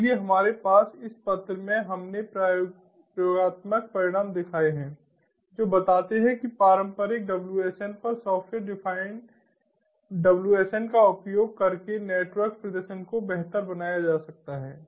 इसलिए हमारे पास इस पत्र में हमने प्रयोगात्मक परिणाम दिखाए हैं जो बताते हैं कि पारंपरिक WSN पर सॉफ्टवेयर डिफाइंड WSN का उपयोग करके नेटवर्क प्रदर्शन को बेहतर बनाया जा सकता है